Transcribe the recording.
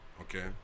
okay